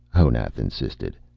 honath insisted.